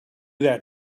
that